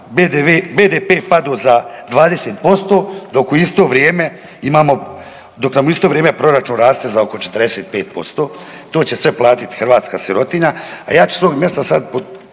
vrijeme imamo, dok nam u isto vrijeme proračun raste za oko 45%. To će sve platit hrvatska sirotinja,